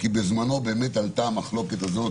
כי בזמנו באמת עלתה המחלוקת הזאת